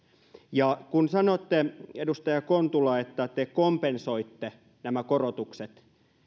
ja kun sanoitte edustaja kontula että te kompensoitte nämä korotukset